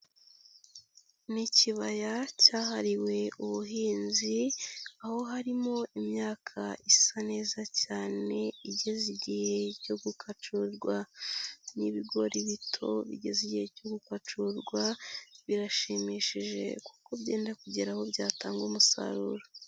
Ni ikibaya cyahariwe ubuhinzi, aho harimo imyaka isa neza cyane igeze igihe cyo gukacurwa. Ni ibigori bito bigeze igihe cyo guKacurwa, birashimishije kuko byenda kugera aho byatanga umusaruro.